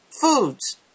foods